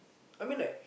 I mean like